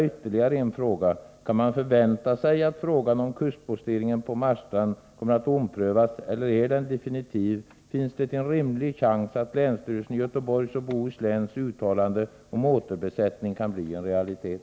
Ytterligare en sak: Kan man förvänta sig att frågan om kustposteringen på Marstrand kommer att omprövas, eller är beslutet definitivt? Finns det en rimlig chans att länsstyrelsens i Göteborgs och Bohus län uttalande om återbesättning kan bli en realitet?